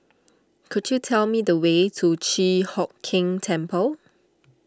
could you tell me the way to Chi Hock Keng Temple